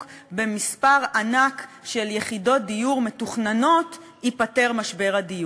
במספר ענק של יחידות דיור מתוכננות ייפתר משבר הדיור.